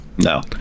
No